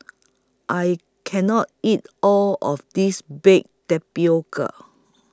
I Can not eat All of This Baked Tapioca